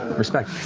respect.